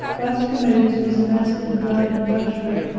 whilst commodus was immersed in blood and luxury,